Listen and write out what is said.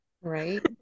Right